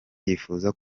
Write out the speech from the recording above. yifuza